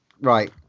Right